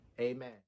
amen